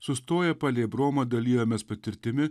sustoję palei bromą dalijomės patirtimi